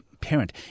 parent